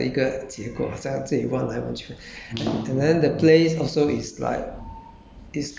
ah ah ah and 然后我也会很喜欢这样的一个结构很像这里弯来弯去